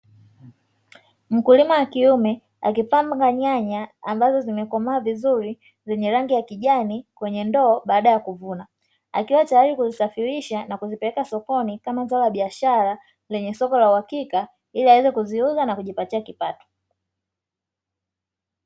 Mkulima wa kiume akipanga nyanya ambazo zimekomaa vizuri zenye rangi ya kijani kwenye ndoo baada ya kuvuna. Akiwa tayari kuzisafirisha na kuzipeleka sokoni kama zao la biashara, lenye soko la uhakika ili aweze kuziuza na kujipatia kipato.